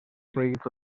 proyecto